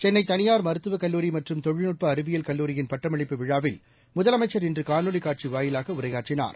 சென்னைதளியார் மருத்துவக் கல்லூரிமற்றும் தொழில்நுட்பஅறிவியல் கல்லூரியின் பட்டமளிப்பு விழாவில் முதலமைச்சர் இன்றுகாணொலிகாட்சிவாயிலாகஉரையாற்றினார்